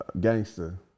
gangster